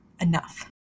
enough